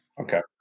Okay